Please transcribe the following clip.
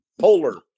polar